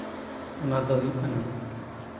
ᱚᱱᱟ ᱫᱚ ᱦᱩᱭᱩᱜ ᱠᱟᱱᱟ